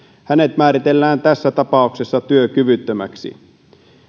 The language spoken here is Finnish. hänet määritellään tässä tapauksessa työkyvyttömäksi